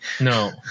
No